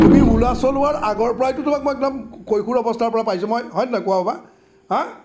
তুমি অ'লা চলোৱাৰ আগৰপৰাই তো তোমাক মই একদম কৈশোৰ অৱস্থাৰ পৰাই পাইছোঁ মই হয় নে নহয় কোৱা বাবা হাঁ